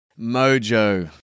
Mojo